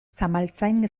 zamaltzain